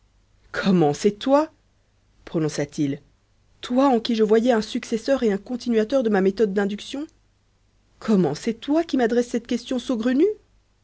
comment c'est toi prononça-t-il toi en qui je voyais un successeur et un continuateur de ma méthode d'induction comment c'est toi qui m'adresses cette question saugrenue